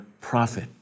prophet